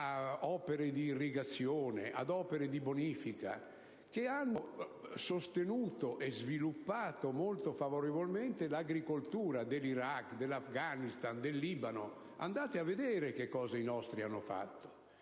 opere di irrigazione, di bonifica, che hanno sostenuto e sviluppato, molto favorevolmente, l'agricoltura dell'Iraq, dell'Afghanistan e del Libano. Andate a vedere ciò che i nostri hanno fatto.